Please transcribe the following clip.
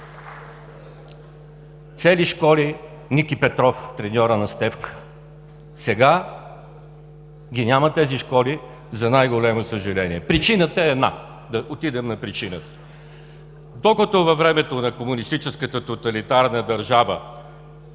Цели школи: Ники Петров – треньорът на Стефка! Сега ги няма тези школи, за най-голямо съжаление! Причината е една. Да отидем на причината. Докато във времето на комунистическата тоталитарна държава